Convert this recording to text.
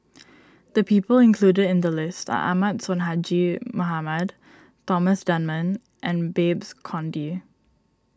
the people included in the list are Ahmad Sonhadji Mohamad Thomas Dunman and Babes Conde